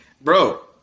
Bro